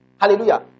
hallelujah